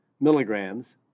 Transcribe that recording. milligrams